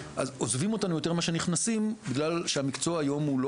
ועוזבים אותנו יותר מאשר נכנסים בגלל שהמקצוע היום הוא לא